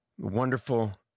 wonderful